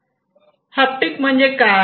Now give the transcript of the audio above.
haptic म्हणजे काय